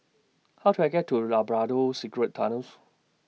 How to I get to Labrador Secret Tunnels